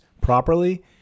properly